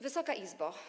Wysoka Izbo!